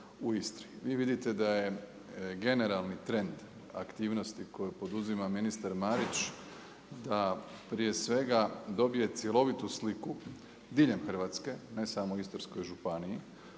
Vi vidite da je generalni trend aktivnosti koju poduzima ministar Marić da prije svega dobije cjelovitu sliku diljem Hrvatske, ne samo u Istarskoj županiji